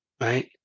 right